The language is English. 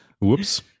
Whoops